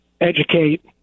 educate –